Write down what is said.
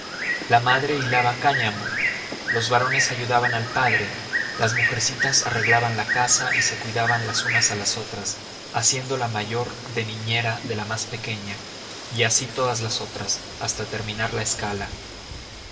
la madre hilaba cáñamo los varones ayudaban al padre las mujercitas arreglaban la casa y se cuidaban las unas a las otras haciendo la mayor de niñera de la más pequeña y así todas las otras hasta terminar la escala